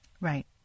Right